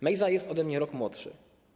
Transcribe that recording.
Mejza jest ode mnie rok młodszy.